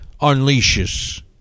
unleashes